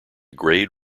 grade